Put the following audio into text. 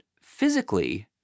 physically